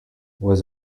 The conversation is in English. what